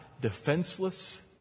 defenseless